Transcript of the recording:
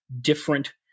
different